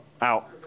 out